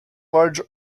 large